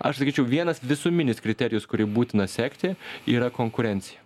aš sakyčiau vienas visuminis kriterijus kurį būtina sekti yra konkurencija